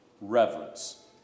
reverence